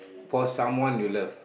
for someone you love